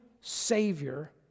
Savior